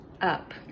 up